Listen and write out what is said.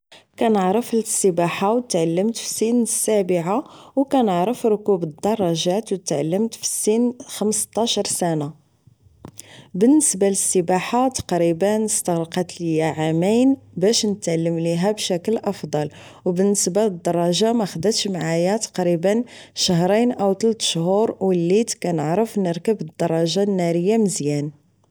كنعرف للسباحة و تعلمت فسن السابعة و كنعرف ركوب الدرجات و تعلمت فسن خمستاشر سنة بالنسبة للسباحة تقريبا استغرقات ليا عامين باش نتعلم ليها بشكل افضل و بالنسبة للدراجة ماخداتش معايا تقريبا شهرين او تلت شهر وليت كنعرف نركب الدراجة النارية مزيان